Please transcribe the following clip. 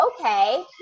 okay